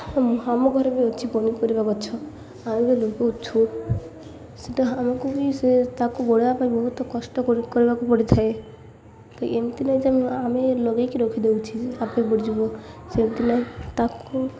ହଁ ଆମ ଆମ ଘରେ ବି ଅଛି ପନିପରିବା ଗଛ ଆମେ ବି ଲଗାଉଛୁ ସେଇଟା ଆମକୁ ବି ସେ ତାକୁ ବଢ଼ାଇବା ପାଇଁ ବହୁତ କଷ୍ଟ କରିବାକୁ ପଡ଼ିଥାଏ ତ ଏମିତି ନାହିଁ ଯେ ଆମେ ଲଗାଇକି ରଖିଦେଉଛି ଆପେ ବଢ଼ିଯିବ ସେମିତି ନାହିଁ ତାକୁ